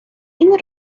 این